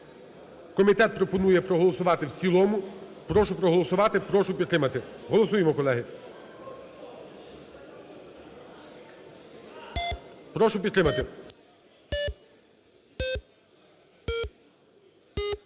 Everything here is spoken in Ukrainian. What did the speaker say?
Комітет пропонує проголосувати в цілому. Прошу проголосувати, прошу підтримати. Голосуємо, колеги. Прошу підтримати.